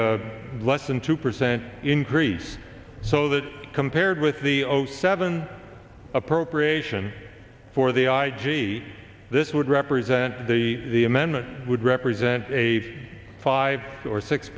a less than two percent increase so that compared with the zero seven appropriation for the i g this would represent the the amendment would represent a five or six